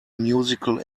musical